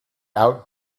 out